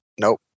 Nope